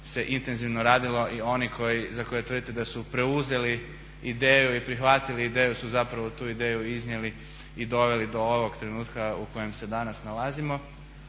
se intenzivno radilo i oni za koje tvrdite da su preuzeli ideju i prihvatili ideju su zapravo tu ideju iznijeli i doveli do ovog trenutka u kojem se danas nalazimo.